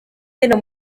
hino